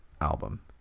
album